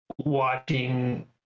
watching